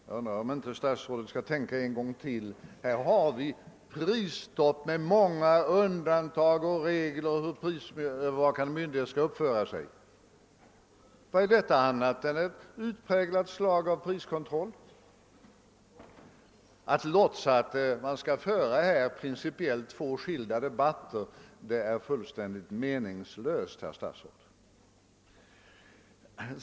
Jag undrar om inte statsrådet skall tänka en gång till. Här har vi ett prisstopp med undantag och regler för hur den prisövervakande myndigheten skall uppföra sig. Vad är detta annat än ett utpräglat slag av priskontroll? Att låtsa att man skall föra två principielit skilda debatter är fullständigt meningslöst, herr statsråd.